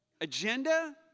agenda